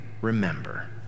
remember